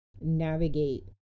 navigate